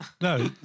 No